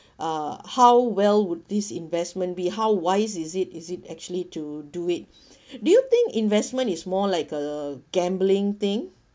uh how well would this investment be how wise is it is it actually to do it do you think investment is more like a gambling thing